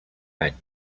any